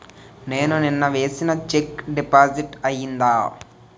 నేను నిన్న వేసిన చెక్ డిపాజిట్ అయిందా?